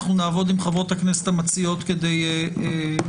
נעבוד עם חברות הכנסת המציעות כדי לסגור.